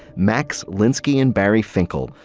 max linsky, and bari finkel.